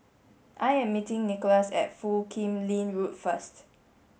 I am meeting Nikolas at Foo Kim Lin Road first